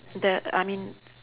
the I mean